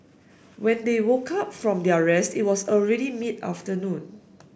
when they woke up from their rest it was already mid afternoon